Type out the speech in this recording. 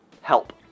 Help